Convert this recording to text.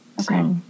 Okay